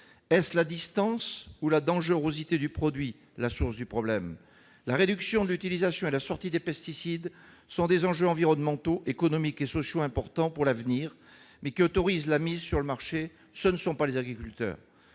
Est-ce la distance ou la dangerosité du produit la source du problème ? La réduction de l'utilisation et la sortie des pesticides sont des enjeux environnementaux, économiques et sociaux importants pour l'avenir. Mais qui autorise la mise sur le marché ? Ce ne sont pas les agriculteurs